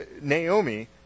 Naomi